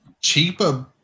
cheaper